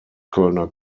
kölner